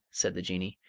said the jinnee,